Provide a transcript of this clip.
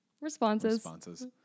Responses